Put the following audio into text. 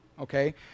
okay